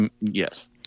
Yes